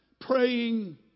praying